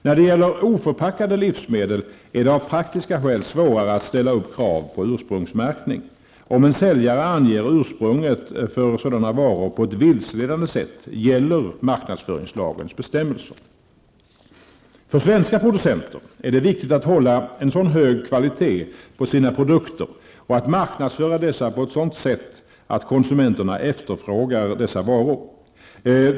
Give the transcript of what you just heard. När det gäller oförpackade livsmedel är det av praktiska skäl svårare att ställa upp krav på ursprungsmärkning. Om en säljare anger ursprunget för sådana varor på ett vilseledande sätt, gäller marknadsföringslagens bestämmelser. För svenska producenter är det viktigt att hålla en så hög kvalitet på sina produkter och att marknadsföra dessa på ett sådant sätt att konsumenterna efterfrågar deras varor.